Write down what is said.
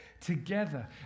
together